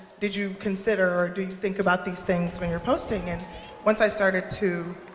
did you consider, or do you think about these things when you're posting? and once i started to